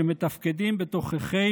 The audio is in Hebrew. שמתפקדים בתוככי